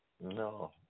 no